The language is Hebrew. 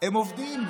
הם עובדים.